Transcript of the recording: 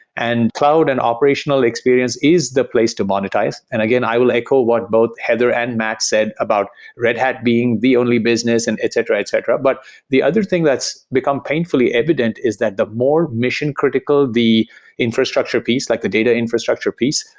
and cloud and operational experience is the place to monetize. again, i will echo what both heather and matt said about red hat being the only business and etc, etc. but the other thing that's become painfully evident is that the more mission-critical the infrastructure piece, like the data infrastructure piece,